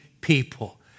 people